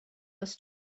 was